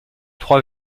trois